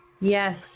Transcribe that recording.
Yes